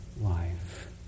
life